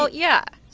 ah yeah.